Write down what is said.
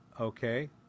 Okay